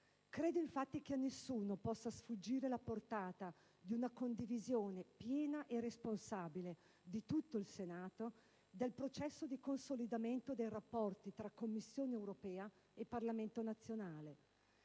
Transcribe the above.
Credo infatti che a nessuno possa sfuggire la portata di una condivisione piena e responsabile di tutto il Senato del processo di consolidamento dei rapporti tra Commissione europea e Parlamento nazionale,